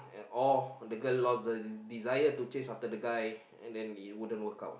uh and or the girl lost the desire to chase after the guy and then I wouldn't work out uh